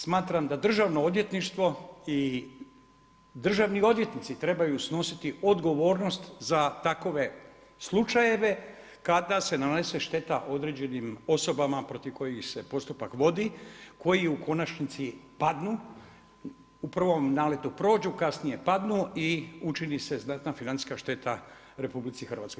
Smatram da DORH i državni odvjetnici trebaju snositi odgovornost za takove slučajeve kada se nanese šteta određenim osobama protiv kojih se postupak vodi, koji u konačnici padnu, u prvom naletu prođu, kasnije padnu i učini se znatna financijska šteta RH.